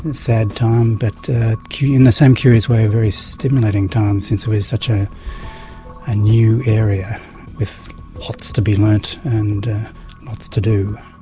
and sad time, but in the same curious way a very stimulating time, since it was such ah a new area with lots to be learned and lots to do.